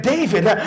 David